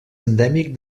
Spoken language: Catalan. endèmic